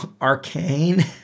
Arcane